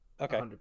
Okay